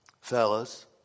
Fellas